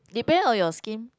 depend on your skin